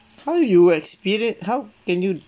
how you experience how can you